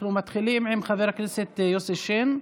אנחנו מתחילים עם חבר הכנסת יוסי שיין.